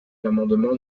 l’amendement